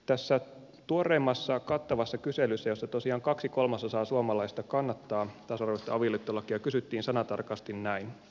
tässä tuoreimmassa kattavassa kyselyssä jossa tosiaan kaksi kolmasosaa suomalaisista kannattaa tasa arvoista avioliittolakia kysyttiin sanatarkasti näin